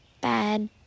bad